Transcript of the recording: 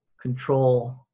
control